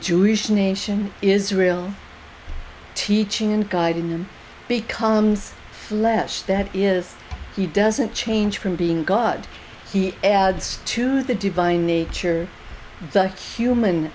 jewish nation israel teaching and guiding him becomes flesh that is he doesn't change from being god he adds to the divine nature the human